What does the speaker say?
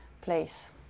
place